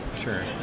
Sure